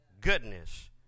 goodness